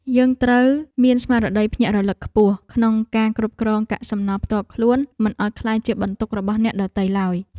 យើងត្រូវមានស្មារតីភ្ញាក់រលឹកខ្ពស់ក្នុងការគ្រប់គ្រងកាកសំណល់ផ្ទាល់ខ្លួនមិនឱ្យក្លាយជាបន្ទុករបស់អ្នកដទៃឡើយ។